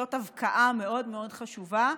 זאת הבקעה מאוד מאוד חשובה.